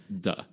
Duh